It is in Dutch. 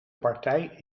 partij